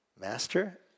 Master